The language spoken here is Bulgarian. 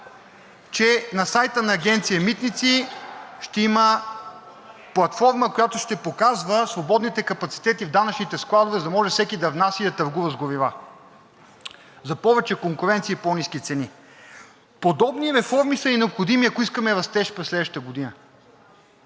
че на сайта на Агенция „Митници“ ще има платформа, която ще показва свободните капацитети в данъчните складове, за да може всеки да внася и да търгува с горива, за повече конкуренция и по-ниски цени. Подобни реформи са необходими, ако искаме растеж през следващата година.